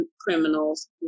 criminals